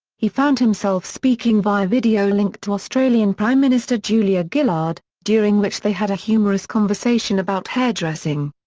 he found himself speaking via video link to australian prime minister julia gillard, during which they had a humorous conversation about hairdressing.